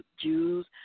Jews